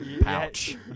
pouch